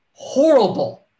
horrible